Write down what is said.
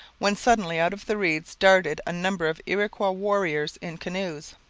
when suddenly out of the reeds darted a number of iroquois warriors in canoes.